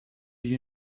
you